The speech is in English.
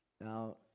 Now